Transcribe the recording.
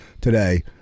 today